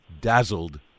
dazzled